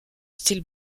style